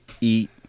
eat